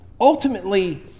Ultimately